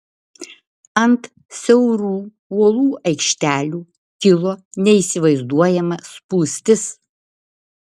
ant siaurų uolų aikštelių kilo neįsivaizduojama spūstis